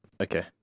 okay